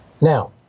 now